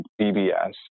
BBS